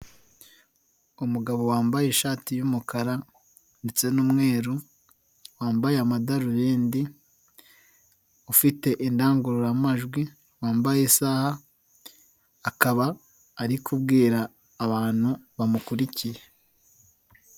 Umugabo wambaye ishati y'umukara ndetse n'umweru, wambaye amadarubindi, ufite indangururamajwi, wambaye isaha, akaba ari kubwira abantu bamukurikiye.